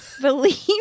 believe